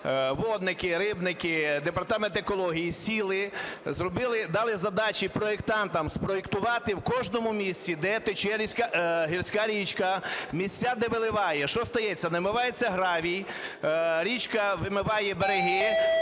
водники, рибники, департамент екології сіли, дали задачі проектантам спроектувати в кожному місці, де тече гірська річка, місця, де виливає. Що стається? Намивається гравій, річка вимиває береги,